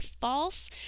false